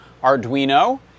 Arduino